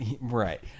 Right